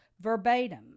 verbatim